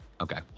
Okay